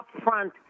upfront